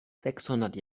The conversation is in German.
sechshundert